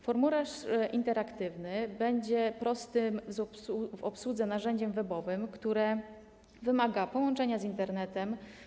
Formularz interaktywny będzie prostym w obsłudze narzędziem webowym, które wymaga połączenia z Internetem.